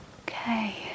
Okay